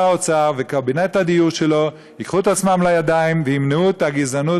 האוצר וקבינט הדיור שלו ייקחו את עצמם בידיים וימנעו את הגזענות